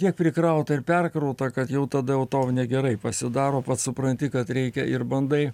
tiek prikrauta ir perkrauta kad jau tada jau tau negerai pasidaro pats supranti kad reikia ir bandai